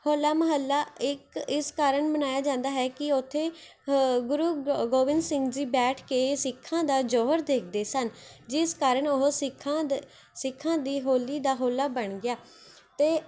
ਹੋਲਾ ਮਹੱਲਾ ਇੱਕ ਇਸ ਕਾਰਨ ਮਨਾਇਆ ਜਾਂਦਾ ਹੈ ਕਿ ਉੱਥੇ ਹ ਗੁਰੂ ਗ ਗੋਬਿੰਦ ਸਿੰਘ ਜੀ ਬੈਠ ਕੇ ਸਿੱਖਾਂ ਦਾ ਜੌਹਰ ਦੇਖਦੇ ਸਨ ਜਿਸ ਕਾਰਨ ਉਹ ਸਿੱਖਾਂ ਦੇ ਸਿੱਖਾਂ ਦੀ ਹੋਲੀ ਦਾ ਹੋਲਾ ਬਣ ਗਿਆ ਅਤੇ